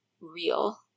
real